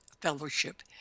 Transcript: fellowship